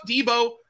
Debo